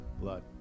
blood